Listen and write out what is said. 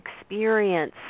experience